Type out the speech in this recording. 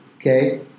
Okay